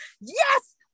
Yes